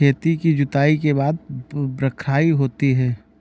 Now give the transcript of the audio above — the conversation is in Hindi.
खेती की जुताई के बाद बख्राई होती हैं?